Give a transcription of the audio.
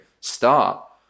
start